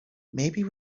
maybe